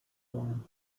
one